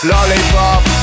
Lollipop